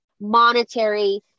monetary